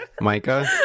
Micah